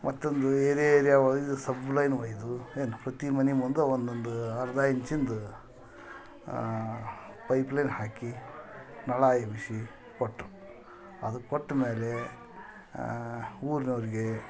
ಮತ್ತೊಂದು area area ಒಯ್ದು sub line ಒಯ್ದು ಏನು ಪ್ರತಿ ಮನೆ ಮುಂದೆ ಒಂದೊಂದು ಅರ್ಧ ಇಂಚಿಂದು ಪೈಪ್ ಲೈನ್ ಹಾಕಿ ನಳ ಎಬ್ಬಿಸಿ ಕೊಟ್ಟರು ಅದು ಕೊಟ್ಟಮೇಲೆ ಊರಿನೋರ್ಗೆ